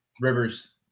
Rivers –